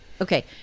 Okay